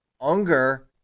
Unger